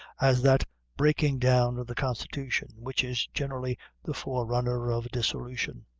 as that breaking down of the constitution, which is generally the forerunner of dissolution.